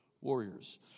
warriors